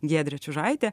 giedrė čiužaitė